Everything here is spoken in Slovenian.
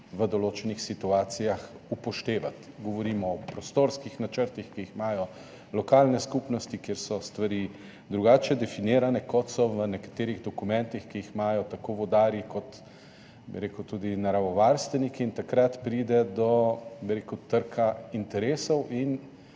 v določenih situacijah upoštevati – govorimo o prostorskih načrtih, ki jih imajo lokalne skupnosti, kjer so stvari drugače definirane, kot so v nekaterih dokumentih, ki jih imajo tako vodarji kot tudi naravovarstveniki, in takrat pride do trka interesov in